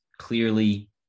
clearly